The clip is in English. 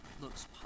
looks